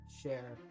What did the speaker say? share